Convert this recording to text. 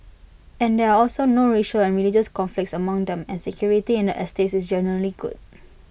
and there are also no racial and religious conflicts among them and security in the estates is generally good